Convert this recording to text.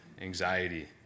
anxiety